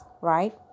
right